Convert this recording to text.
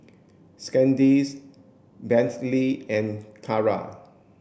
Sandisk Bentley and Kara